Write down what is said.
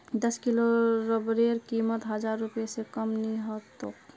दस किलो रबरेर कीमत हजार रूपए स कम नी ह तोक